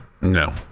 No